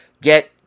get